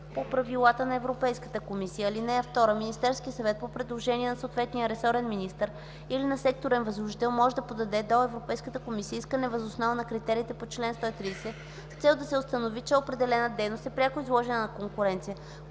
по правила на Европейската комисия. (2) Министерският съвет по предложение на съответния ресорен министър или на секторен възложител може да подаде до Европейската комисия искане въз основа на критериите по чл. 130 с цел да се установи, че определена дейност е пряко изложена на конкуренция.